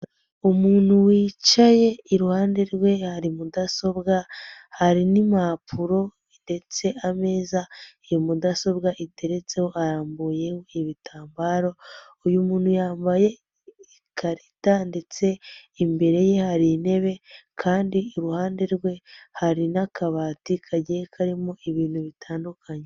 Umuntu wicaye, iruhande rwe hari mudasobwa, hari n'impapuro ndetse ameza iyo mudasobwa iteretseho arambuye ibitambaro, uyu muntu yambaye ikarita ndetse imbere ye hari intebe kandi iruhande rwe, hari n'akabati kagiye karimo ibintu bitandukanye.